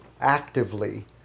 actively